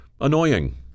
annoying